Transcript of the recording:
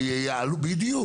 בדיוק.